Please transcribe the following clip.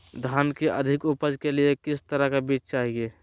धान की अधिक उपज के लिए किस तरह बीज चाहिए?